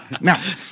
Now